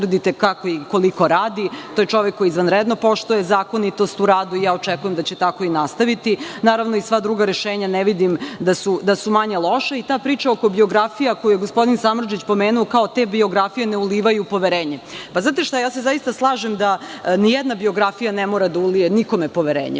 utvrdite kako i koliko radi. To je čovek koji izvanredno poštuje zakonitost u radu i ja očekujem da će tako i nastaviti. Naravno, i sva druga rešenja ne vidim da su manje loša. Ta priča oko biografija koju je gospodin Samardžić pomenuo, kao te biografije ne ulivaju poverenje. Pa znate šta, zaista se slažem da ni jedna biografija ne mora da ulije nikome poverenje.